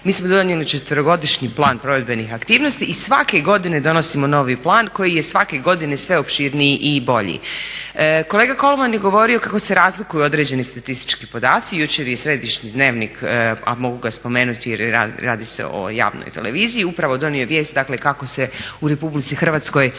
mi smo donijeli četverogodišnji plan provedbenih aktivnosti i svake godine donosimo novi plan koji je svake godine sve opširniji i bolji. Kolega Kolman je govorio kako se razlikuju određeni statistički podaci. Jučer je središnji Dnevnik, a mogu ga spomenuti jer radi se o javnoj televiziji upravo donio vijest, dakle kako se u RH sukladno